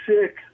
sick